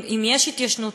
אם יש התיישנות,